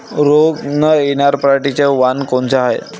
रोग न येनार पराटीचं वान कोनतं हाये?